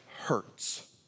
hurts